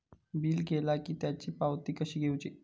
Bill केला की त्याची पावती कशी घेऊची?